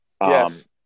Yes